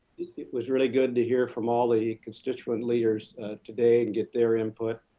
it was really good to hear from all the constituent leaders today and get their input.